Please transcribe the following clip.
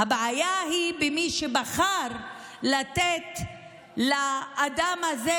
הבעיה היא במי שבחר לתת לאדם הזה,